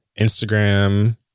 Instagram